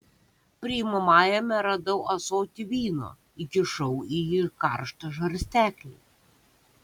priimamajame radau ąsotį vyno įkišau į jį karštą žarsteklį